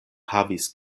havis